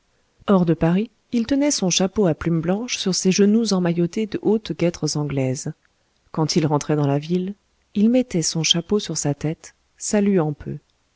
hors de paris il tenait son chapeau à plumes blanches sur ses genoux emmaillotés de hautes guêtres anglaises quand il rentrait dans la ville il mettait son chapeau sur sa tête saluant peu